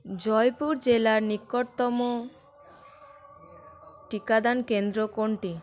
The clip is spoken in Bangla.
জয়পুর জেলার নিকটতম টিকাদান কেন্দ্র কোনটি